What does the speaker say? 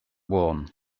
worn